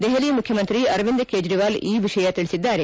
ದೆಹಲಿ ಮುಖ್ಯಮಂತ್ರಿ ಅರವಿಂದ್ ಕೇಟ್ರವಾಲ್ ಈ ವಿಷಯ ತಿಳಿಸಿದ್ದಾರೆ